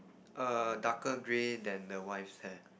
err darker grey than the wife's hair